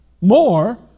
more